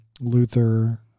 Luther